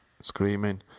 screaming